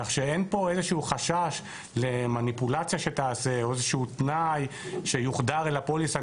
כך שאין פה איזה שהוא חשש למניפולציה שתיעשה או תנאי שיוחדר אל הפוליסה